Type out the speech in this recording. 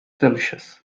delicious